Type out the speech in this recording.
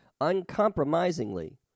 uncompromisingly